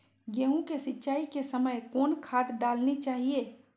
गेंहू के सिंचाई के समय कौन खाद डालनी चाइये?